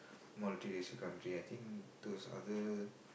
multiracial country I think towards other